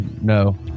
No